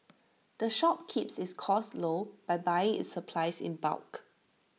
the shop keeps its costs low by buying its supplies in bulk